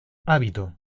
hábito